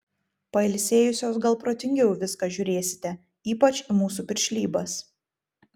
pailsėjusios gal protingiau į viską žiūrėsite ypač į mūsų piršlybas